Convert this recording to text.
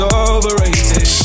overrated